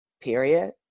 Period